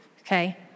okay